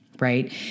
right